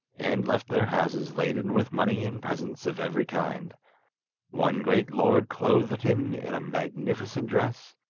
and left their houses laden with money and presents of every kind one great lord clothed him in a magnificent dress,